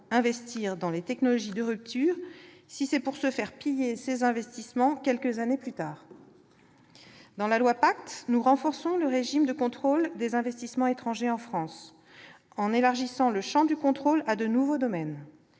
investir dans les technologies de rupture si c'est pour se faire piller ses investissements quelques années plus tard ? Dans la loi PACTE, nous renforçons le régime de contrôle des investissements étrangers en France, en élargissant le champ du contrôle à de nouveaux domaines,